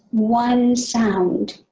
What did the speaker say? one sound,